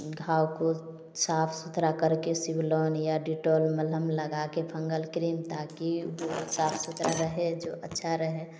घाव को साफ सुथरा करके सिवलौन या डिटॉल मलहम लगाके फंगल क्रीम ताकि साफ सुथरा रहे जो अच्छा रहे